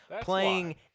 playing